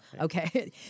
Okay